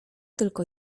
tylko